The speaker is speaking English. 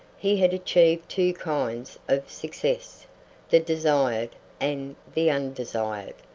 he had achieved two kinds of success the desired and the undesired.